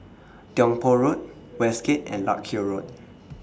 Tiong Poh Road Westgate and Larkhill Road